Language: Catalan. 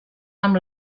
amb